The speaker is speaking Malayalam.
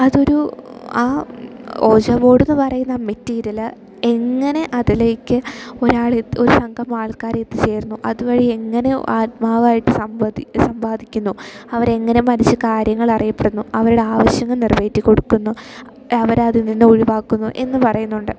അതൊരു ആ ഓജോ ബോഡെന്ന് പറയുന്ന മെറ്റീരിയല് എങ്ങനെ അതിലേക്ക് ഒരാൾ ഒരു സംഘം ആൾക്കാർ എത്തിച്ചേരുന്നു അതുവഴി എങ്ങനെ ആത്മാവായിട്ട് സംവാദിക്കുന്നു അവരെ എങ്ങനെ മനസ്സ് കാര്യങ്ങൾ അറിയപ്പെടുന്നു അവരുടെ ആവശ്യങ്ങൾ നിറവേറ്റി കൊടുക്കുന്നു അവർ അതിൽ നിന്ന് ഒഴിവാക്കുന്നു എന്നു പറയുന്നുണ്ട്